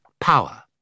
power